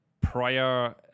prior